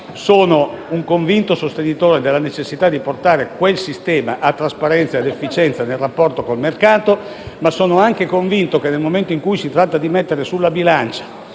sono un convinto sostenitore della necessità di portare quel sistema a trasparenza ed efficienza nel rapporto con il mercato. Ma sono anche convinto che, nel momento in cui si tratta di metterlo sulla bilancia